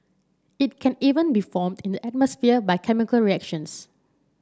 it can even be formed in the atmosphere by chemical reactions